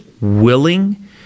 willing